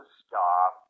stop